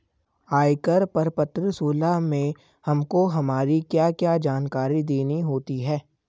आयकर प्रपत्र सोलह में हमको हमारी क्या क्या जानकारी देनी होती है?